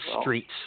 streets